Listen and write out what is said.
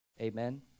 Amen